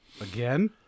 Again